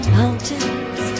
mountains